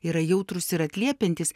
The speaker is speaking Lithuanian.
yra jautrūs ir atliepiantys